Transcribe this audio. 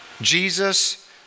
Jesus